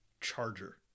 charger